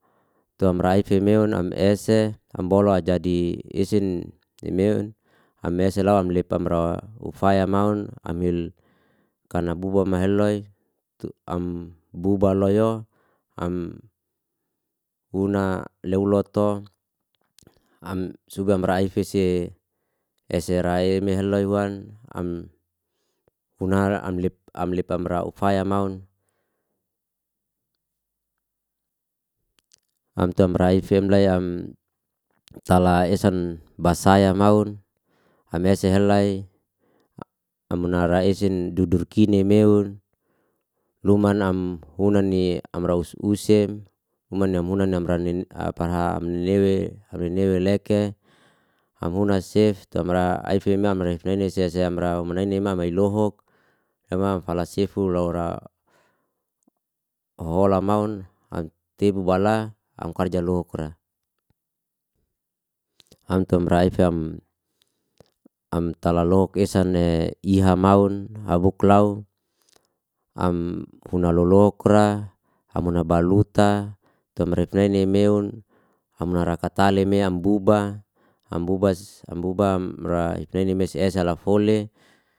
Tuamraifi meun, am ese, am bolu jadi esin meun, am eselaw, am lip amra ufaya maun, am hil kana buba mahehelloy, tu am bubaloyo, am una leoloto, am suba amraifi se ese rai meheloiwan, am unara am lip am lip amra ufaya maun. Am tuam raifin femleya, am tala esan basaya maun, am ese hellay, am unara isin dudur kini meun, luman am hunani amra us usem, humana munanan amra aparha am newe am newe leke, am una sef tu amra afe meun, amra nenes seya seya amra huma nainim, am lohuk am falasefu loura hola mahun, am tebu bala am karja lohoukra. Antam raifi am am tatallohuk esa ne iha maun, abuaklau am una lolohukra am una baluta tuam refneini meun, am nara katale meya, am buba am bubas am buba amra efnaini mese esa lafoli.